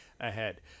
ahead